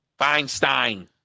Feinstein